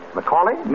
Macaulay